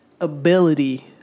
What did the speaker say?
Ability